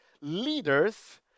Leaders